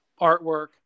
artwork